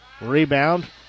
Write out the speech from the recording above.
Rebound